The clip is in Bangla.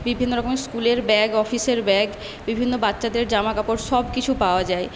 বিভিন্ন রকমের স্কুলের ব্যাগ অফিসের ব্যাগ বিভিন্ন বাচ্চাদের জামা কাপড় সব কিছু পাওয়া যায়